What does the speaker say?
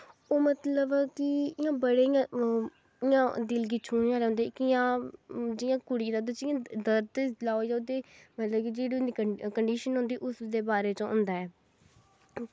ओह् मतलव कि बड़े इयां बड़े इयां दिल गी शूने आह्ले होंदे इक इयां जियां कुड़ी दा ते जियां दर्द लाओ ओह्दे च मतलव कि जेह्ड़ी उंदी कंडिशन होंदी उसदे बारे च होंदा ऐ